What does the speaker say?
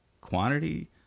quantity